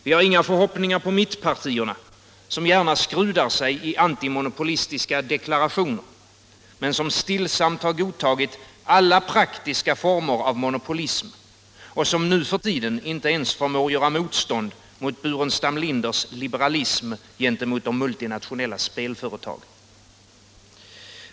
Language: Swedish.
Vi har inga förhoppningar på mittpartierna, som gärna skrudar sig i antimonopolistiska deklarationer men som stillsamt godtagit alla praktiska former av monopolism och nu för tiden inte ens förmår göra motstånd inför Burenstam Linders liberalism mot de multinationella spelföretagen.